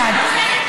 את מפריעה.